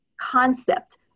concept